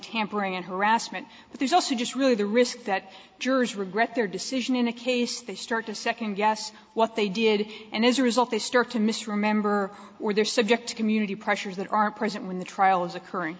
tampering and harassment but there's also just really the risk that jurors regret their decision in a case they start to second guess what they did and as a result they start to misremember or they're subject to community pressures that aren't present when the trial is occurring